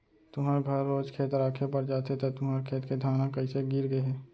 तुँहर घर रोज खेत राखे बर जाथे त तुँहर खेत के धान ह कइसे गिर गे हे?